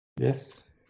Yes